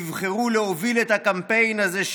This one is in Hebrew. נבחרו להוביל את הקמפיין הזה,